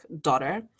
daughter